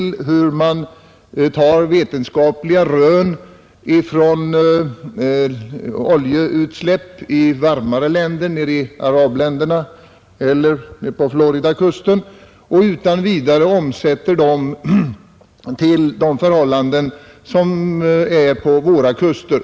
Man tar t.ex. vetenskapliga rön från oljeutsläpp i varmare trakter, i arabländerna eller längs Floridakusten, och omsätter dem utan vidare till de förhållanden som råder vid våra kuster.